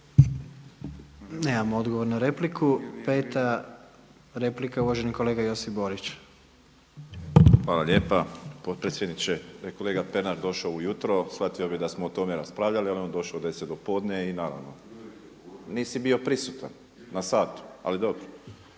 Nemam odgovor na repliku. 5. replika je uvaženi kolega Josip Borić. **Borić, Josip (HDZ)** Hvala lijepa potpredsjedniče. Da je kolega Pernar došao ujutro shvatio bi da smo o tome raspravljali ali on je došao u 10 do podne i naravno, nisi bio prisutan na satu ali dobro,